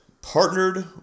partnered